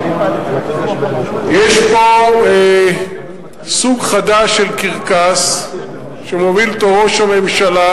יש פה סוג חדש של קרקס שמוביל ראש הממשלה,